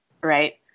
right